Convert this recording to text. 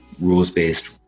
rules-based